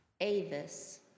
Avis